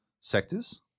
sectors